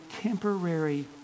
temporary